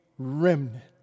remnant